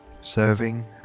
serving